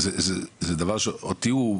מדובר בנושא שמקומם אותי.